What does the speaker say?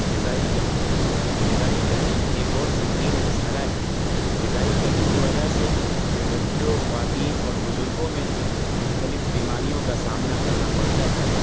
غذائی کمی غذائی کمی ایک اور سنگین مسئلہ ہے غذائی کمی کی وجہ سے بچوں خواتین اور بزرگوں میں مختلف بیماریوں کا سامنا کرنا پڑتا ہے